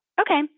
Okay